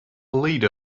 leader